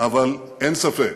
אבל אין ספק